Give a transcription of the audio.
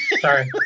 Sorry